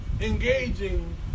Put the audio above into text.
engaging